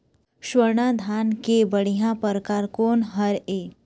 स्वर्णा धान के बढ़िया परकार कोन हर ये?